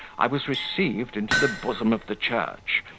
i was received into the bosom of the church,